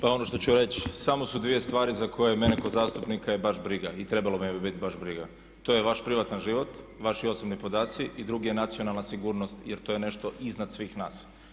Pa ono što ću reći samo su dvije stvari za koje mene ko zastupnika je baš briga i trebalo bi me biti baš briga, to je vaš privatan život, vaši osobni podaci i drugi je nacionalna sigurnost jer to je nešto iznad svih nas.